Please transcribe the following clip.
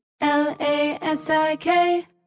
L-A-S-I-K